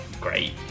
Great